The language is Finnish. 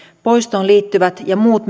poistoon liittyvät ja muut